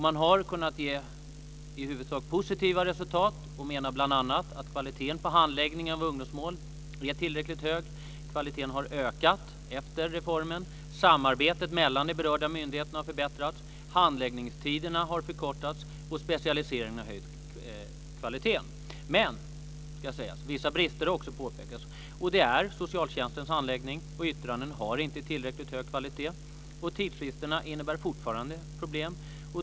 Man har i huvudsak kunnat se positiva resultat, och menar bl.a. att kvaliteten på handläggningen av ungdomsmål är tillräckligt hög. Kvaliteten har ökat efter reformen. Samarbetet mellan de berörda myndigheterna har förbättrats. Handläggningstiderna har förkortats, och specialiseringen har höjt kvaliteten. Men jag ska också säga att vissa brister har påpekats. Socialtjänstens handläggning och yttranden har inte tillräckligt hög kvalitet. Tidsfristerna innebär fortfarande problem.